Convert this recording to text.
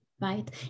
right